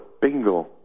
bingo